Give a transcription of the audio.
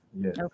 Yes